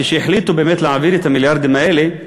כשהחליטו להעביר את המיליארדים האלה,